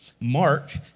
Mark